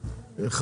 7,